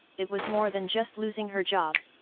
it was more than just losing her job.